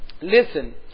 listen